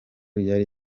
yari